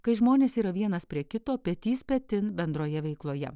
kai žmonės yra vienas prie kito petys petin bendroje veikloje